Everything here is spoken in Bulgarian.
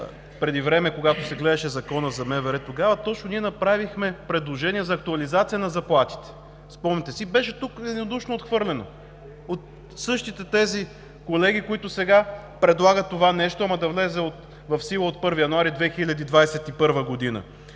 преди време, когато се гледаше Законът за МВР, тогава точно ние направихме предложение за актуализация на заплатите, спомняте си, тук беше единодушно отхвърлено от същите тези колеги, които сега предлагат това нещо, ама да влезе в сила от 1 януари 2021 г.